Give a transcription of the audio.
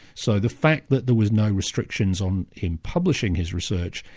so the fact that there was no restrictions on him publishing his research,